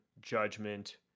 judgment